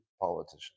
politician